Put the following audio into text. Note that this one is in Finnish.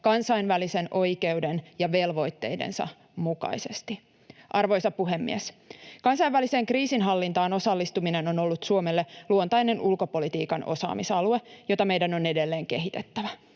kansainvälisen oikeuden ja velvoitteidensa mukaisesti. Arvoisa puhemies! Kansainväliseen kriisinhallintaan osallistuminen on ollut Suomelle luontainen ulkopolitiikan osaamisalue, jota meidän on edelleen kehitettävä.